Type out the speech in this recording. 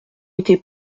été